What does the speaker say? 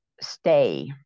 stay